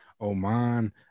oman